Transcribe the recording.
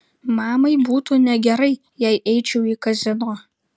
mamai būtų negerai jei eičiau į kazino